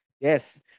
yes